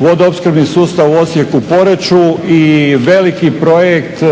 vodoopskrbni sustav u Osijeku, Poreču i veliki projekt